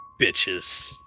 Bitches